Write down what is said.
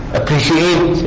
appreciate